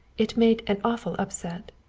it made an awful upset.